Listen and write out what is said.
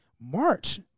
March